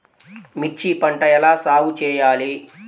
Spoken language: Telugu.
మిర్చి పంట ఎలా సాగు చేయాలి?